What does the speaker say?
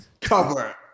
cover